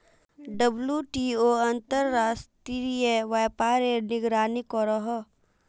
WTO अंतर्राश्त्रिये व्यापारेर निगरानी करोहो